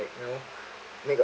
you know make a